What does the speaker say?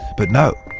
but no,